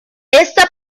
esta